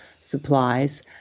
supplies